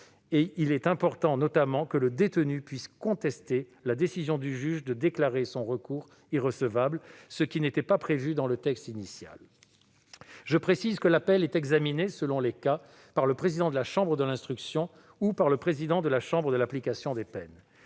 Il est notamment important que le détenu puisse contester la décision du juge de déclarer son recours irrecevable, ce qui n'était pas prévu dans le texte initial. Je précise que l'appel est examiné, selon les cas, par le président de la chambre de l'instruction ou par le président de la chambre de l'application des peines.